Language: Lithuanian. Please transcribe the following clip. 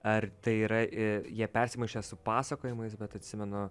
ar tai yra ir jie persimaišę su pasakojimais bet atsimenu